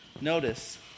Notice